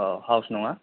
औ हाउस नं आ